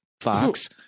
Fox